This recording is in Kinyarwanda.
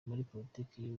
politiki